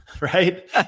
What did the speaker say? right